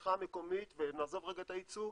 שהצריכה המקומית ונעזוב רגע את הייצוא,